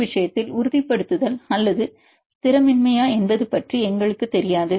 இந்த விஷயத்தில் உறுதிப் படுத்துதல் அல்லது ஸ்திரமின்மையா என்பது பற்றி எங்களுக்குத் தெரியாது